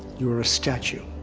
you are a statue.